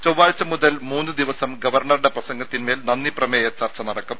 ചൊവ്വാഴ്ച മുതൽ മൂന്ന് ദിവസം ഗവർണറുടെ പ്രസംഗത്തിൻമേൽ നന്ദി പ്രമേയ ചർച്ച നടക്കും